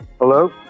Hello